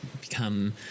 become